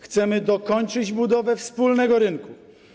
Chcemy dokończyć budowę wspólnego rynku.